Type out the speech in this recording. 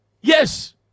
Yes